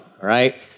right